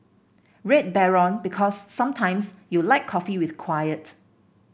Red Baron Because sometimes you like coffee with quiet